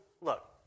look